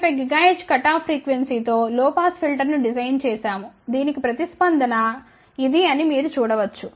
5 GHz cutoff frequency తో low pass ఫిల్టర్ను design చేశాము దీనికి ప్రతిస్పందన ఇది అని మీరు చూడ వచ్చు